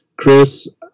Chris